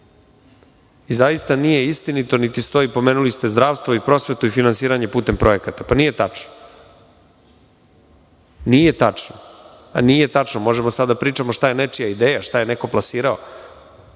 i zaista nije istinito, niti stoji, pomenuli ste zdravstvo i prosvetu i finansiranje putem projekata, ali to nije tačno. Nije tačno, možemo sada da pričamo šta je nečija ideja, šta je neko plasirao,